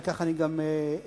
וכך אני גם אעשה.